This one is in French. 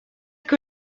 que